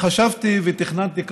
חשבתי ותכננתי,